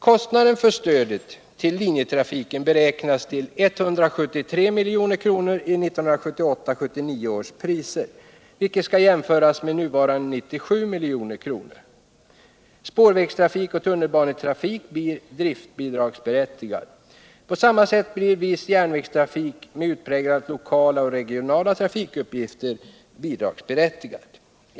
Kostnaden för stödet till linjetrafiken beräknas till 173 milj.kr. i 1978/79 års priser, vilket skall jämföras med nuvarande 97 milj.kr. Spårvägstrafik och tunnelbanetrafik blir driftbidragsberättigad. På samma sätt blir viss järnvägstrafik med utpräglat lokala och regionala trafikuppgifter bidragsberättigad.